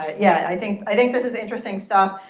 yeah. i think i think this is interesting stuff.